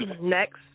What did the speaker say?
Next